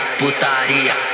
putaria